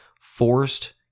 forced